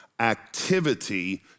activity